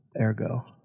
ergo